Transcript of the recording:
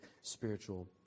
spiritual